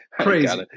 Crazy